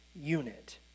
unit